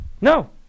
No